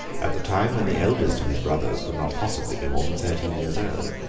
at the time when the eldest of his brothers could not possibly be more than thirteen years old.